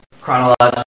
chronological